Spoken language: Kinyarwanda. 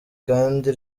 kandi